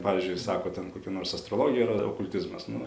pavyzdžiui sako ten kokia nors astrologija yra okultizmas nu